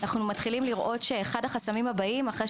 אנחנו מתחילים לראות שאחד החסמים הבאים אחרי